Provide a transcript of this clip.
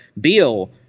Bill